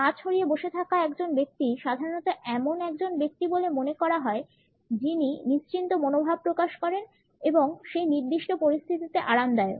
পা ছড়িয়ে বসে থাকা একজন ব্যক্তিকে সাধারণত এমন একজন ব্যক্তি মনে করা হয় যিনি নিশ্চিন্ত মনোভাব প্রকাশ করেন এবং সেই নির্দিষ্ট পরিস্থিতিতে আরামদায়ক